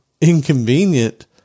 inconvenient